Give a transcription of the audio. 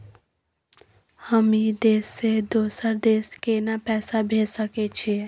हम ई देश से दोसर देश केना पैसा भेज सके छिए?